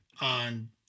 On